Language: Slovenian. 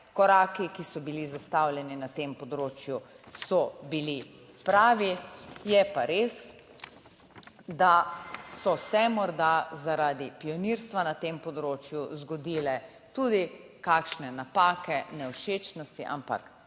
Koraki, ki so bili zastavljeni na tem področju so bili pravi, je pa res, da so se morda zaradi pionirstva na tem področju zgodile tudi kakšne napake, nevšečnosti, ampak